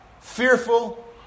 fearful